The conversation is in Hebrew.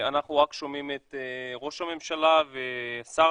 אנחנו רק שומעים את ראש הממשלה ואת שר